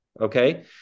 okay